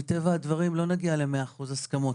מטבע הדברים, לא נגיע למאה אחוז הסכמות.